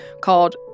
called